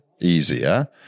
easier